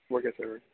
okay sir